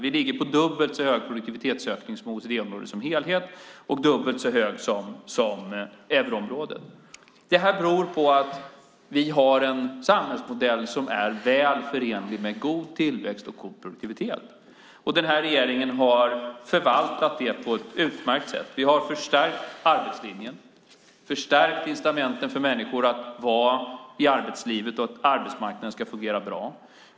Vi ligger på dubbelt så hög produktivitetsökning som OECD-området som helhet och dubbelt så hög som euroområdet. Det här beror på att vi har en samhällsmodell som är väl förenlig med god tillväxt och god produktivitet. Den här regeringen har förvaltat det på ett utmärkt sätt. Vi har förstärkt arbetslinjen, förstärkt incitamenten för människor att vara i arbetslivet och för att arbetsmarknaden ska fungera bra.